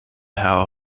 how